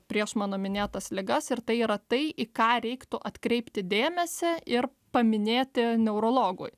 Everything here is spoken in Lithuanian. prieš mano minėtas ligas ir tai yra tai į ką reiktų atkreipti dėmesį ir paminėti neurologui